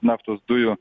naftos dujų